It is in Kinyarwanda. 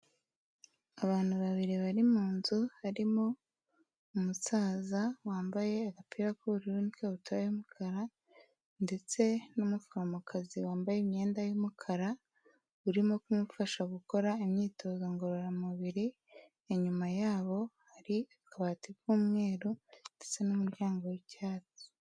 Abantu babiri bari mu nzu harimo umusaza wambaye agapira k'ubururu n'ikabutura y'umukara ndetse n'umuforomo kazi wambaye imyenda y'umukara urimo kumufasha gukora imyitozo ngororamubiri, inyuma yabo hari akabati k'umweru ndetse n'umuryango w'icyatsi.